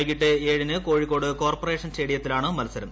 വൈകീട്ട് ഏഴിന് കോഴിക്കോട് കോർപ്പറേഷന് സ്റ്റേഡിയത്തിലാണ് മത്സരം